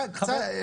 לא,